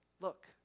look